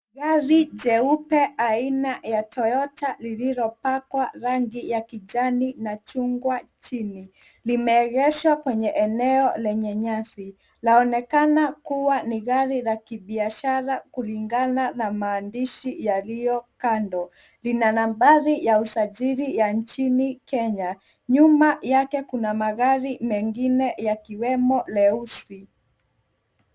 Gari jeupe aina ya toyota lililopakwa rangi ya kijani na chungwa chini, limeegeshwa kwenye eneo lenye nyasi laonekana kuwa ni gari la kibiashara kulingana na maandishi yaliyo kando. Lina nambari ya usajili ya nchini Kenya, nyuma yake kuna magari mengine yakiwemo leusi.